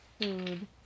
food